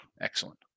Excellent